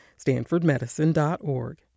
stanfordmedicine.org